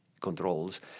controls